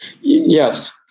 Yes